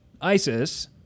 ISIS